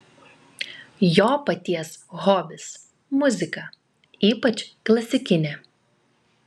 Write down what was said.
jo paties hobis muzika ypač klasikinė